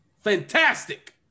Fantastic